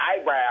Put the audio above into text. eyebrow